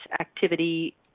activity